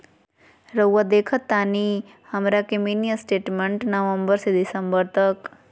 रहुआ देखतानी हमरा के मिनी स्टेटमेंट नवंबर से दिसंबर तक?